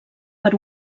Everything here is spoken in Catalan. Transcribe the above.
per